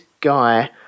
guy